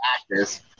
actors